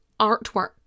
artwork